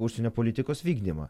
užsienio politikos vykdymą